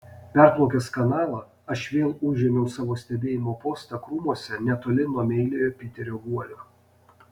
perplaukęs kanalą aš vėl užėmiau savo stebėjimo postą krūmuose netoli nuo meiliojo piterio guolio